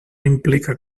implica